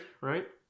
right